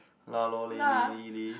lah lor leh lee lee lee